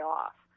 off